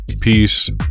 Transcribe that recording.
peace